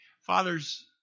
Father's